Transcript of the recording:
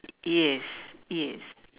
yes yes